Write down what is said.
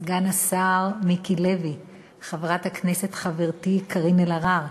סגן השר מיקי לוי, חברת הכנסת חברתי קארין אלהרר,